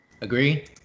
Agree